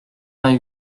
vingt